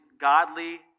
godly